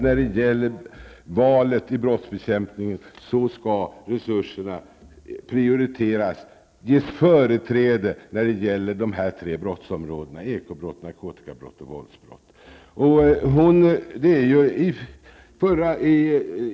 I fråga om valet i brottsbekämpningshänseende skall nämligen resurserna prioriteras, ges företräde, när det gäller de här tre aktuella brottsområdena: ekobrott, narkotikabrott och våldsbrott.